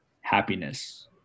happiness